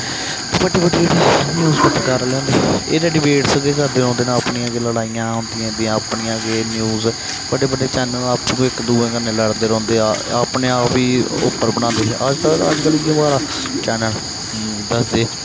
ते बड़े बड़े जेह्ड़े न्यूज पत्रकार आहले होंदे एह ते डिवेटस गै करदे रौंह्दे ते अपनियां गै लड़ाइयां होंदिया इंदियां अपनी गै न्यूज बड्डे बड्डे चैनल आपूं गै इक दूए कन्नै लड़दे रौंह्दे अपने आप बी उप्पर बनांदे है अज्जकल इयो होआ दा चैनल दसदे